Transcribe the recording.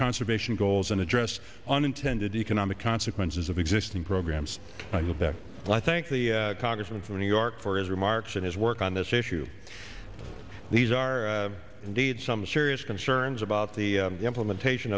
conservation goals and address unintended economic consequences of existing programs i hope that i thank the congressman from new york for his remarks and his work on this issue these are indeed some serious concerns about the implementation